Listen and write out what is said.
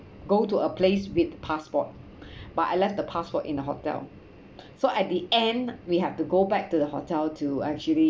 go to a place with passport but I left the passport in the hotel so at the end we have to go back to the hotel to actually